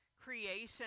creation